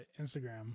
instagram